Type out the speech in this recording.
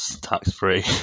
tax-free